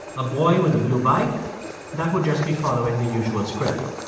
a boy with a blue bike that would just be following the usual script.